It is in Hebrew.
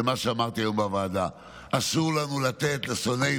שאמרתי היום בוועדה: אסור לנו לתת לשונאינו,